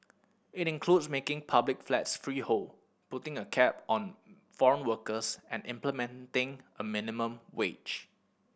it includes making public flats freehold putting a cap on foreign workers and implementing a minimum wage